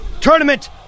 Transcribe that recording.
Tournament